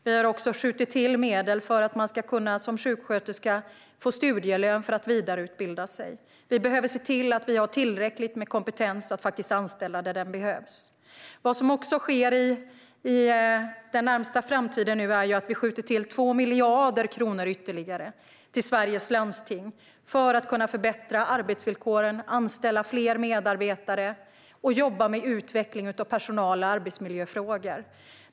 Vi har också skjutit till medel för att sjuksköterskor ska kunna få studielön för att vidareutbilda sig. Vi behöver se till att vi har tillräckligt med kompetenta som kan anställas där de behövs. Vad som också sker i den närmaste framtiden är att vi skjuter till 2 miljarder kronor ytterligare till Sveriges landsting för att de ska kunna förbättra arbetsvillkoren, anställa fler medarbetare och jobba med utveckling av personal och med arbetsmiljöfrågor.